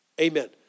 Amen